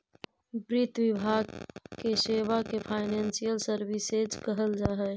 वित्त विभाग के सेवा के फाइनेंशियल सर्विसेज कहल जा हई